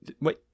Wait